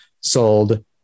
sold